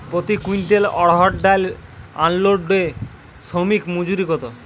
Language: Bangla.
প্রতি কুইন্টল অড়হর ডাল আনলোডে শ্রমিক মজুরি কত?